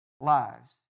lives